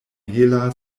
hela